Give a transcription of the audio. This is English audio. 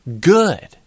Good